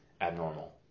abnormal